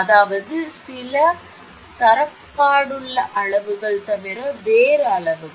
அதாவது சில தரப்படுத்தப்பட்ட அளவுகள் தவிர வேறு அளவுகள்